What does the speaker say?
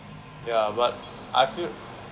ya but I feel